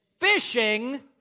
Fishing